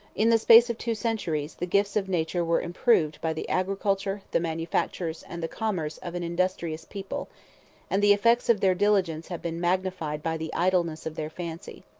in the space of two centuries, the gifts of nature were improved by the agriculture, the manufactures, and the commerce, of an industrious people and the effects of their diligence have been magnified by the idleness of their fancy.